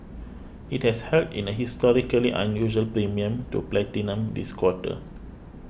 it has held in a historically unusual premium to platinum this quarter